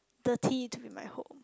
dirty to be my home